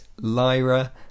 Lyra